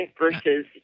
versus